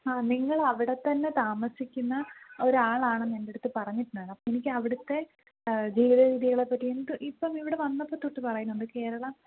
ആ നിങ്ങൾ അവിടെ തന്നെ താമസിക്കുന്ന ഒരാളാണെന്ന് എൻ്റെ അടുത്ത് പറഞ്ഞിട്ടുണ്ടായിരുന്നു അപ്പോൾ എനിക്ക് അവിടുത്തെ ജീവിതരീതികളെ പറ്റി എന്ത് ഇപ്പം ഇവിടെ വന്നപ്പോൾ തൊട്ട് പറയുന്നുണ്ട് കേരളം